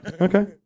Okay